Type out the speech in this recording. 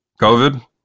COVID